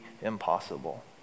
impossible